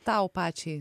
tau pačiai